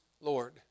Lord